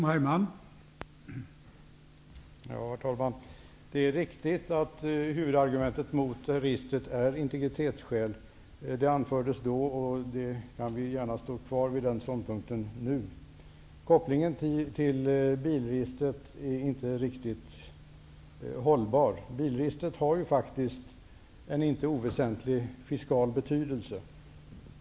Herr talman! Det är riktigt att huvudargumentet mot ett bibehållande av registret består i integritetsskälen. Det anfördes vid det aktuella tillfället. Jag vidhåller gärna den ståndpunkten också nu. Kopplingen till bilregistret håller inte riktigt. Bilregistret har faktiskt en icke oväsentlig fiskal betydelse.